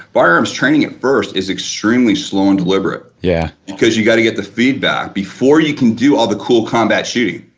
firearms training at first is extremely slow and deliberate, yeah because you got to get the feedback before you can do all the cool combat shooting,